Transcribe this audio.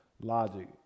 logic